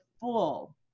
full